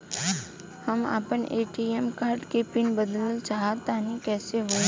हम आपन ATM card के पीन बदलल चाहऽ तनि कइसे होई?